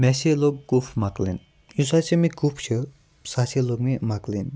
مےٚ سے لوٚگ کُف مۄکلٕنۍ یُس ہَسا مےٚ کُف چھِ سُہ سے لوٚگ مےٚ مۄکلٕنۍ